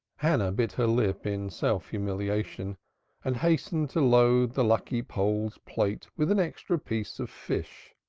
hannah bit her lip in self-humiliation and hastened to load the lucky pole's plate with an extra piece of fish.